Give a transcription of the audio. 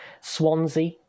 Swansea